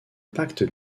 pacte